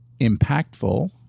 impactful